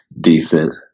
decent